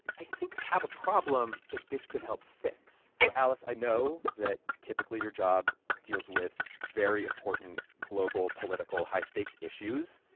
i think i have a problem that this could help fix. so, alice, i know that, typically, your job deals with very important, global, political, high-stakes issues,